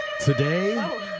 Today